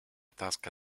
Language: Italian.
tasca